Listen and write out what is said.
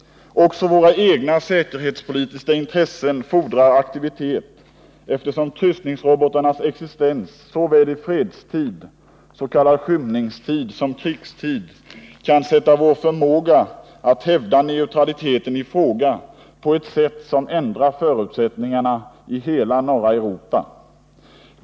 Också våra egna säkerhetspolitiska intressen fordrar aktivitet, eftersom kryssningsrobotarnas existens såväl i fredstid och så kallad skymningstid som krigstid kan sätta vår förmåga att hävda neutraliteten i fråga på ett sätt som ändrar förutsättningarna i hela norra Europa.